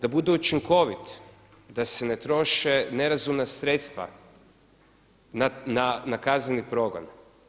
Da bude učinkovit da se ne troše nerazumna sredstva na kazneni progon.